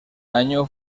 año